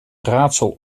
raadsel